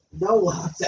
No